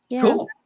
Cool